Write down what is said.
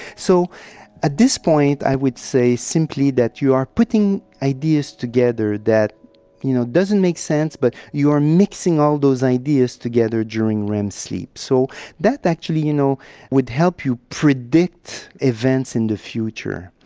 so at this point i would say simply that you are putting ideas together that you know doesn't make sense but you are mixing all those ideas together during rem sleep. so that actually you know would help you predict events in the future.